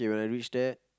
when I reach there